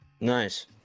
Nice